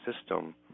system